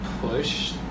push